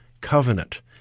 covenant